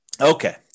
Okay